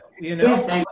yes